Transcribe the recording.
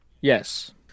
Yes